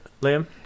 Liam